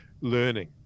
learning